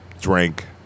drank